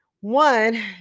one